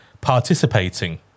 participating